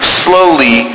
slowly